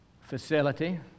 facility